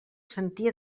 sentia